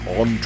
on